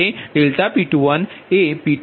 16177 છે